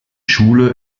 schule